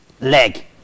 leg